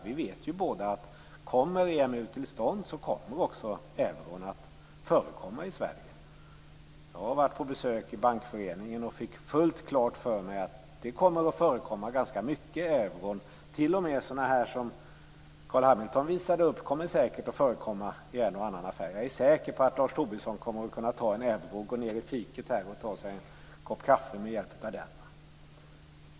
Vi vet ju båda att om EMU kommer till stånd, så kommer också euron att förekomma i Sverige. Jag har varit på besök i Bankföreningen, och jag fick då fullt klart för mig att euron kommer att förekomma ganska mycket. T.o.m. sådana där euromynt som Carl Hamilton visade upp kommer säkert att förekomma i en och annan affär. Jag är säker på att Lars Tobisson kommer att kunna ta en euro och gå ned i fiket här och ta sig en kaffe med hjälp av den.